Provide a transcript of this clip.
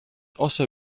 also